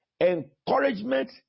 encouragement